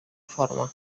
forma